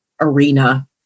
arena